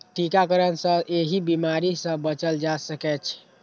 टीकाकरण सं एहि बीमारी सं बचल जा सकै छै